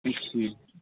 یہِ چھُ سُے